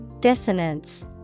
Dissonance